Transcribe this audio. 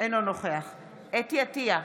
אינו נוכח חוה אתי עטייה,